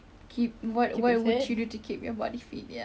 good one what did I do that I'm not doing now